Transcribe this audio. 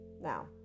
now